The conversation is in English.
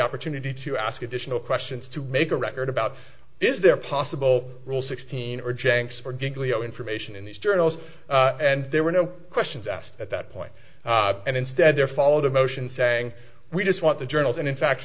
opportunity to ask additional questions to make a record about is there possible rule sixteen or janks for gig leo information in these journals and there were no questions asked at that point and instead there followed a motion saying we just want the journals and in fact